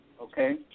Okay